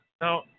now